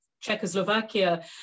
Czechoslovakia